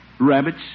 rabbits